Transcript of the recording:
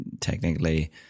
technically